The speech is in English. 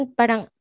parang